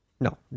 No